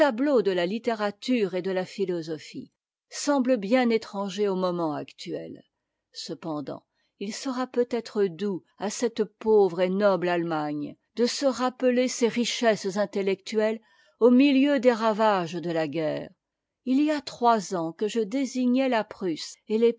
de la littérature et de la p u osopnie semble bien étranger au moment actuel cependant il sera peutêtre doux à cette pauvre et noble allemagne de se rappeler ses richesses iniellectuelles au milieu des ravages de la guerre il y a trois ans que je'désignais la prusse et